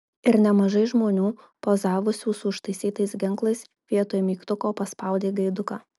ir nemažai žmonių pozavusių su užtaisytais ginklais vietoj mygtuko paspaudė gaiduką